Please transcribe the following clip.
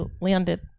landed